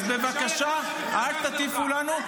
אז בבקשה, אל תטיפו לנו.